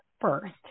first